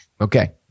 okay